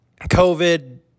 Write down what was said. covid